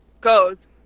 goes